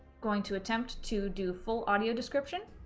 going to attempt to do full audio description.